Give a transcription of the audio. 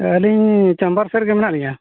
ᱟᱹᱞᱤᱧ ᱪᱮᱢᱵᱟᱨ ᱥᱮᱫ ᱨᱮᱜᱮ ᱢᱮᱱᱟᱜ ᱞᱤᱧᱟ